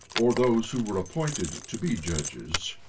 or those who were appointed to be judges,